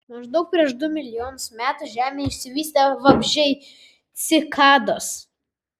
maždaug prieš du milijonus metų žemėje išsivystė vabzdžiai cikados